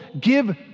Give